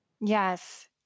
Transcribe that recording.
Yes